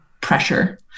pressure